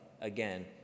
again